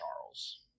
Charles